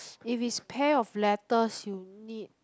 if it's pair of letters you need